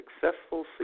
successful